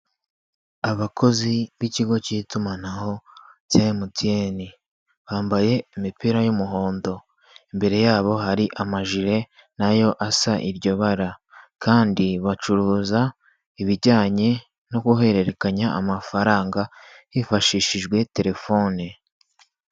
Abakozi b'ikigo cy'itumanaho cya MTN, bambaye imipira y'umuhondo, imbere y'abo hari amajire na yo asa iryo bara, kandi bacuruza ibijyanye no guhererekanya amafaranga hifashishijwe telefoni.